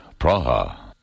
Praha